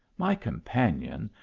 my companion,